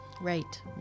right